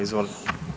Izvolite.